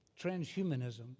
transhumanism